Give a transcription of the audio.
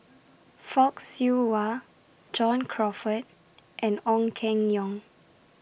Fock Siew Wah John Crawfurd and Ong Keng Yong